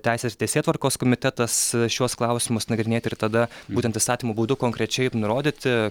teisės ir teisėtvarkos komitetas šiuos klausimus nagrinėti ir tada būtent įstatymu būdu konkrečiai nurodyti